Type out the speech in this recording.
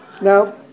Now